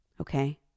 Okay